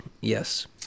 Yes